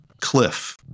cliff